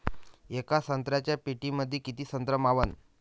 येका संत्र्याच्या पेटीमंदी किती संत्र मावन?